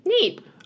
Neat